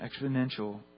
exponential